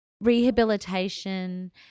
Rehabilitation